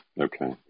Okay